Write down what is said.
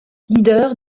leader